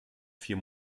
vier